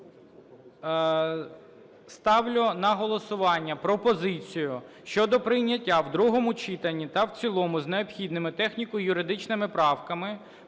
Ставлю на голосування пропозицію щодо прийняття в другому читанні та в цілому з необхідними техніко-юридичними правками